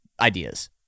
ideas